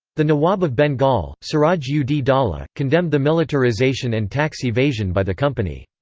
the nawab of bengal, siraj yeah ud-daulah, condemned the militarisation and tax evasion by the company.